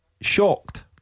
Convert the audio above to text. Shocked